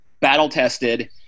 battle-tested